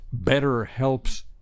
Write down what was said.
BetterHelp's